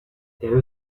there